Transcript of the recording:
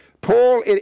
Paul